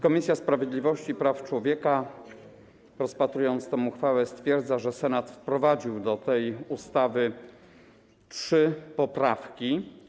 Komisja Sprawiedliwości i Praw Człowieka po rozpatrzeniu tej uchwały stwierdza, że Senat wprowadził do wymienionej ustawy trzy poprawki.